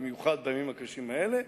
במיוחד בימים הקשים האלה.